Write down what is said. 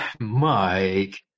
Mike